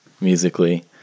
Musically